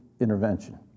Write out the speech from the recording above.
intervention